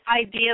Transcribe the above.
ideas